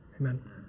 Amen